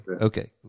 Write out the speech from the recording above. Okay